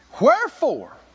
Wherefore